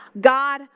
God